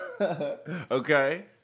okay